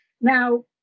now